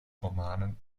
romanen